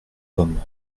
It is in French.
pommes